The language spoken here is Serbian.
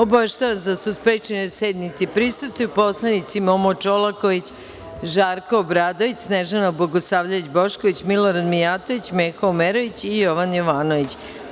Obaveštavam vas da su sprečeni da sednici prisustvuju poslanici Momo Čolaković, Žarko Obradović, Snežana Bogosavljević Bošković, Milorad Mijatović, Meho Omerović i Jovan Jovanović.